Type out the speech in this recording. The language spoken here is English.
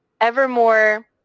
Evermore